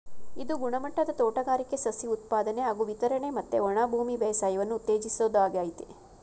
ಇದು ಗುಣಮಟ್ಟದ ತೋಟಗಾರಿಕೆ ಸಸಿ ಉತ್ಪಾದನೆ ಹಾಗೂ ವಿತರಣೆ ಮತ್ತೆ ಒಣಭೂಮಿ ಬೇಸಾಯವನ್ನು ಉತ್ತೇಜಿಸೋದಾಗಯ್ತೆ